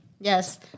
Yes